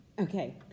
Okay